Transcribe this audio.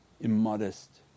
immodest